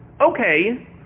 Okay